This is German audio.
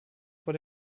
vor